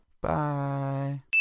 Bye